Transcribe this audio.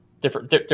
different